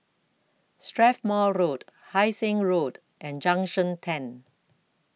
Strathmore Road Hai Sing Road and Junction ten